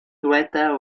dyweda